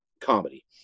comedy